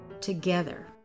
together